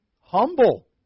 humble